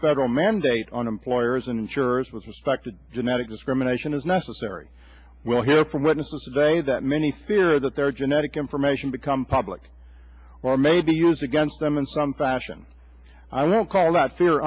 federal mandate on employers insurers with respect to genetic discrimination is necessary we'll hear from witnesses today that many fear that their genetic information become public or may be used against them in some fashion i won't call that fear